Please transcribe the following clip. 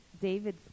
David